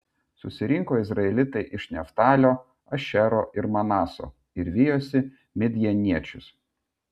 susirinko izraelitai iš neftalio ašero ir manaso ir vijosi midjaniečius